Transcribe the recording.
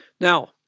now